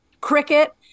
cricket